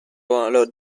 ruolo